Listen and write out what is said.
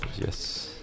Yes